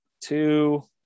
Two